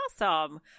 Awesome